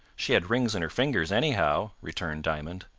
she had rings on her fingers, anyhow, returned diamond.